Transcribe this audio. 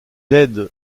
aide